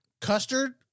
custard